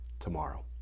tomorrow